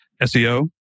SEO